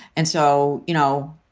and so, you know,